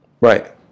Right